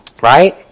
Right